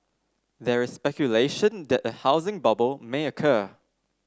there is speculation that a housing bubble may occur